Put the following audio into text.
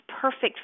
perfect